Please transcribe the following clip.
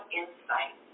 insight